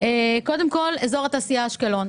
קודם כול, אזור התעשייה אשקלון.